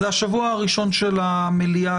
זה השבוע הראשון של המליאה,